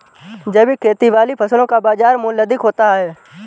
जैविक खेती वाली फसलों का बाज़ार मूल्य अधिक होता है